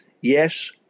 yes